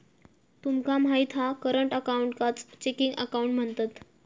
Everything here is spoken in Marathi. तुमका माहित हा करंट अकाऊंटकाच चेकिंग अकाउंट म्हणतत